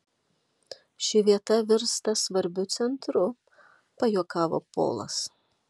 ši vieta virsta svarbiu centru pajuokavo polas